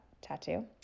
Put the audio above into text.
tattoo